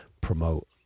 promote